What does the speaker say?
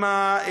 עם,